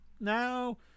now